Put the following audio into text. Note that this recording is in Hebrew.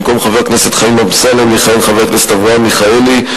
במקום חבר הכנסת חיים אמסלם יכהן חבר הכנסת אברהם מיכאלי,